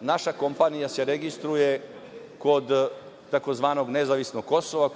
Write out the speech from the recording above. naša kompanija se registruje kod tzv. nezavisnog kosova,